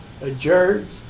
adjourns